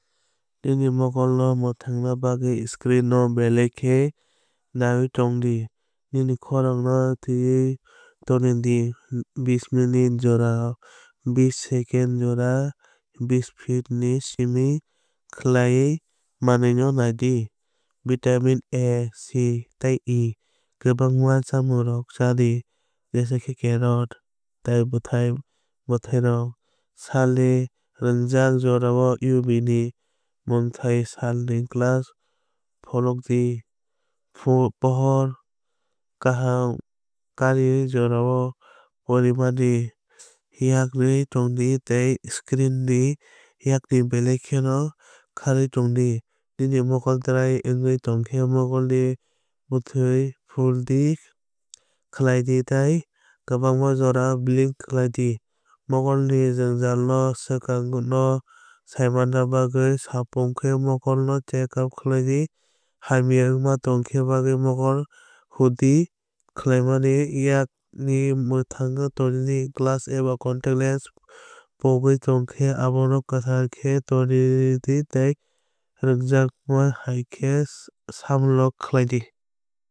Nini mokol no mwthangna bagwi screen no belai khe naiyawui tongdi. Nini khorang no tẃiwi tongdi bish minit jora bish second jora bish feet ni simi khlaiwui manwi no nai di. Vitamin A C tei E kwbangma chamungrok chadi jesa khe carrot tei bwthai bwthairok. Salni rwngjak jorao UV ni mwngthai salni glass pholokdi. Pohor kaham kwrwi jarao porimani yakarwi tongdi tei screenni yakni belai kheno khárwi tongdi. Nini mokol dry wngwi tongkhe mokol ni bwtrhi phul di khaidi tei kwbangma jora blink khaidi. Mokol ni jwngjal no swkang no saimanna bagwi sapung khe mokol ni check up khlai di. Hamya wngmani thangna bagwi mokol hudi khlaimani yakni mwthangwi tongdi. Glass eba contact lens pogwui tongkhe abo no kwthar khe tonwi rwdi tei rwngjakma hai khe samlok khlai di.